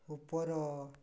ଉପର